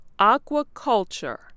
Aquaculture